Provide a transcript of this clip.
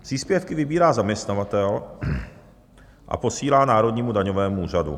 Příspěvky vybírá zaměstnavatel a posílá Národnímu daňovému úřadu.